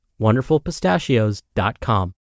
wonderfulpistachios.com